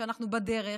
שאנחנו בדרך,